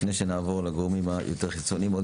לפני שנעבור לגורמים היותר חיצוניים עוד